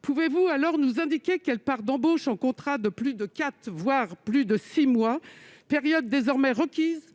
pouvez-vous alors nous indiquer quelle est la part d'embauches en contrats de plus de quatre mois, voire six mois, période désormais requise